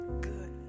good